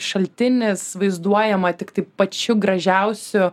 šaltinis vaizduojama tiktai pačiu gražiausiu